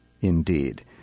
Indeed